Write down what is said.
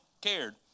cared